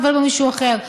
מטפל בו מישהו אחר.